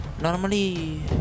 Normally